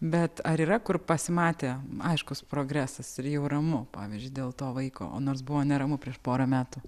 bet ar yra kur pasimatę aiškus progresas ir jau ramu pavyzdžiui dėl to vaiko o nors buvo neramu prieš porą metų